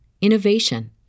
innovation